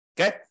Okay